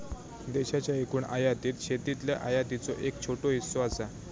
देशाच्या एकूण आयातीत शेतीतल्या आयातीचो एक छोटो हिस्सो असा